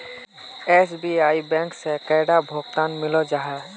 SBI bank से कैडा भागोत मिलोहो जाहा?